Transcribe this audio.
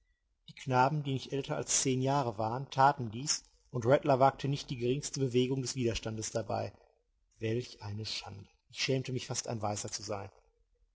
die knaben die nicht älter als zehn jahre waren taten dies und rattler wagte nicht die geringste bewegung des widerstandes dabei welch eine schande ich schämte mich fast ein weißer zu sein